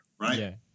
Right